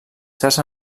certs